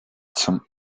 zum